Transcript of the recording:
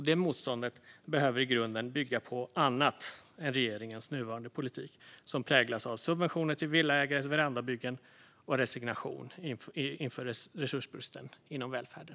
Det motståndet behöver i grunden bygga på annat än regeringens nuvarande politik, som präglas av subventioner till villaägares verandabyggen och resignation inför resursbristen inom välfärden.